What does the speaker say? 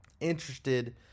interested